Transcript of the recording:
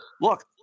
look